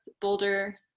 Boulder